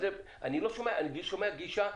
אבל אני שומע גישה,